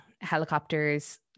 helicopters